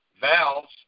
valves